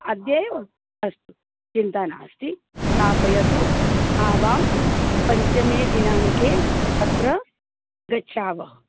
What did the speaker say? अद्येव अस्तु चिन्ता नास्ति स्थापयतु आवां पञ्चमे दिनाङ्के तत्र पृच्छावः